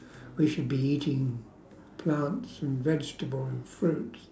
we should be eating plants and vegetable and fruits